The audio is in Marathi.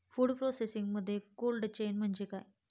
फूड प्रोसेसिंगमध्ये कोल्ड चेन म्हणजे काय?